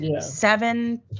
seven